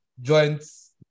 joints